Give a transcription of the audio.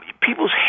People's